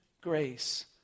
grace